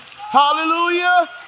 Hallelujah